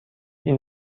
این